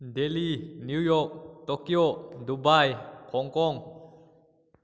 Delhi New York Tokyo Dubai Hong Kong